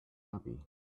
happy